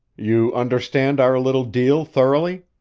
you understand our little deal thoroughly?